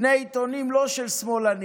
שני עיתונים לא של שמאלנים,